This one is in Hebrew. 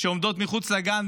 שעומדות מחוץ לגן,